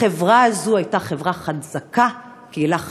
החברה הזאת הייתה חברה חזקה, קהילה חזקה,